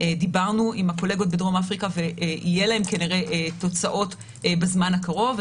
דיברנו עם הקולגות בדרום אפריקה ויהיו להם כנראה תוצאות בזמן הקרוב.